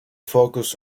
focus